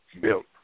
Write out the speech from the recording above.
built